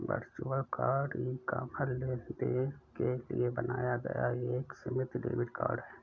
virtual card e commerce लेनदेन के लिए बनाया गया एक सीमित डेबिट कार्ड है